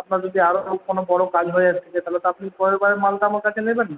আপনার যদি আরও কোনো বড় কাজ হয় এর থেকে তাহলে তো আপনি পরের বারের মালটা আমার কাছে নেবেন না